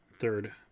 third